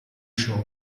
ciò